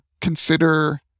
consider